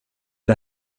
det